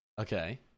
Okay